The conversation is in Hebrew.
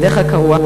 בדרך כלל קרוע,